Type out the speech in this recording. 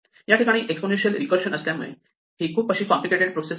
या ठिकाणी एक्सपोनेन्शियल रीकर्षण असल्यामुळे ही खूप कशी कॉम्प्लिकेटेड प्रोसेस नाही